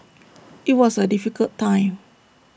IT was A difficult time